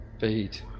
feed